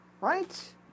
right